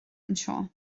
anseo